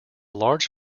large